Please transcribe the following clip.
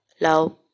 love